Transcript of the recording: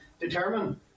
determine